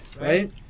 Right